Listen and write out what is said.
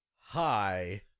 Hi